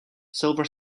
silver